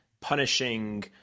punishing